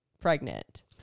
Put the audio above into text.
pregnant